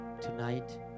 Tonight